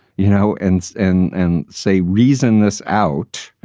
you know, and and and say reason this out,